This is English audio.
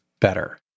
better